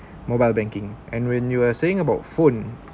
mobile banking and when you are saying about phone